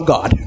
God